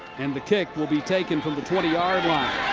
and the kick will be taken from the twenty yard line.